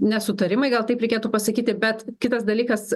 nesutarimai gal taip reikėtų pasakyti bet kitas dalykas